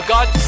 God